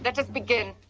let us begin.